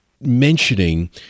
mentioning